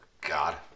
God